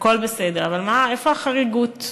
הכול בסדר, אבל איפה החריגוּת?